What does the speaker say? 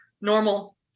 Normal